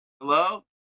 Hello